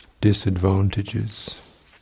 disadvantages